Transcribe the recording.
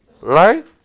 Right